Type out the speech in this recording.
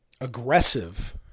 aggressive